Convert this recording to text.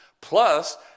plus